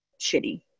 shitty